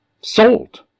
Salt